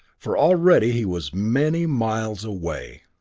for already he was many miles away.